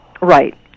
Right